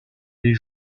des